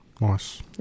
Nice